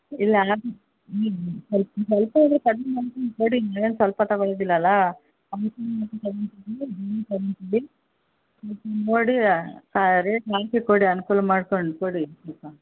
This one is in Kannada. ಇಲ್ಲ ಸ್ವಲ್ಪ ಆದರೂ ಕಡಿಮೆ ಮಾಡ್ಕೊಂಡು ಕೊಡಿ ನಾವೇನು ಸ್ವಲ್ಪ ತಗೊಳುದಿಲ್ಲಲ್ಲ ನೋಡಿ ರೇಟ್ ಹಾಕಿ ಕೊಡಿ ಅನ್ಕೂಲ ಮಾಡ್ಕೊಂಡು ಕೊಡಿ ಸ್ವಲ್ಪ